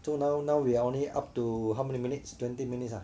so now now we only up to how many minutes twenty minutes lah